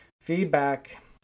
Feedback